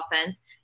offense